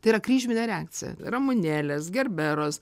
tai yra kryžminė reakcija ramunėlės gerberos